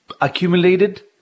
accumulated